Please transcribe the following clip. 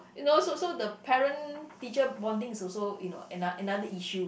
you know so so the parent teacher bonding is also you know ano~ another issue